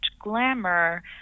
Glamour